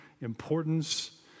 importance